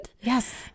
yes